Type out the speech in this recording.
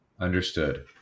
Understood